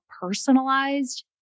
personalized